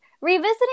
revisiting